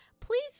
please